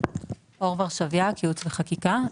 אור ורשביאק, ייעוץ וחקיקה.